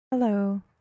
Hello